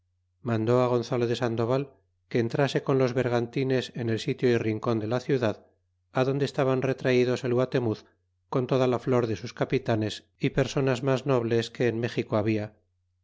mandó ti gonzalo de sandoval que entrase con los bergantines en el sitio y rincon de la ciudad adonde estaban retraidos el gua lemuz con toda la flor de sus capitanes y personas mas nobles que en méxico habia